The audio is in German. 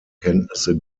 kenntnisse